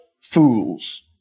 fools